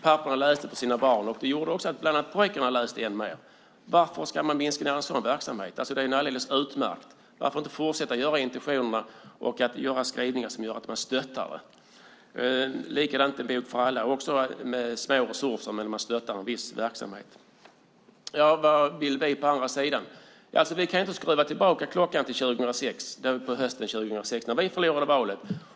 Papporna läste för sina barn, och det gjorde också att bland annat pojkarna läste mer. Varför ska man minska ned en verksamhet som är alldeles utmärkt? Varför inte fortsätta med dessa intentioner och göra skrivningar som stöttar? Det är likadant med En bok för alla - det är små resurser, men man stöttar en viss verksamhet. Vad vill vi på den andra sidan då? Ja, vi kan inte skruva tillbaka klockan till hösten 2006 när vi förlorade valet.